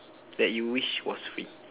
that you wish was free